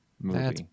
movie